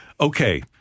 Okay